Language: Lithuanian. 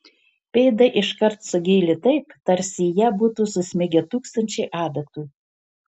pėdą iškart sugėlė taip tarsi į ją būtų susmigę tūkstančiai adatų